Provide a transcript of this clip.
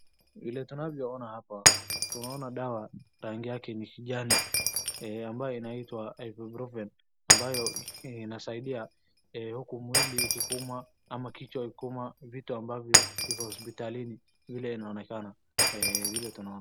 Vile tunavyoona hapa, tunaona dawa rangi yake ni kijani ambayo inaitwa ibuprofen ambayo inasaidia huku mwili ikikuuma ama kichwa ikikuuma vitu ambavyo viko hospitalini vile inaonekana, vile tunaona.